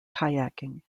kayaking